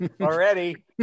already